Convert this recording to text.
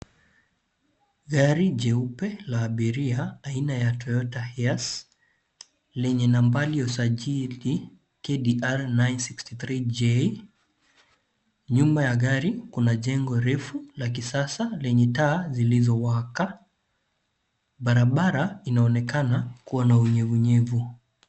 Gari jeupe la abiria aina ya Toyota Hearse lenye nambari ya usajili KDR 963J . Nyuma ya gari kuna jengo refu la kisasa lenye taa zilizowaka. Barabara inaonekana kuwa na unyevunyevu.